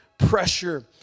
pressure